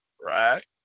Right